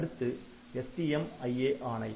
அடுத்து STMIA ஆணை